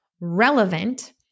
relevant